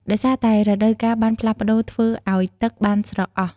ដោយសារតែរដូវកាលបានផ្លាស់ប្ដូរធ្វើអោយទឹកបានស្រកអស់។